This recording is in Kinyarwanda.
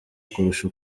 kurusha